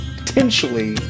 potentially